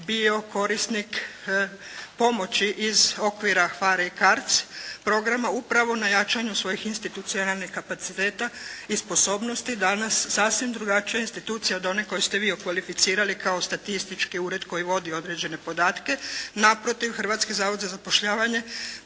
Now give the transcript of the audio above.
bio korisnik pomoći iz okvira PHARE I CARDS programa upravo na jačanju svojih institucionalnih kapaciteta i sposobnosti, danas sasvim drugačije institucije od one koju ste vi okvalificirali kao statistički ured koji vodi određene podatke. Naprotiv, Hrvatski zavod za zapošljavanje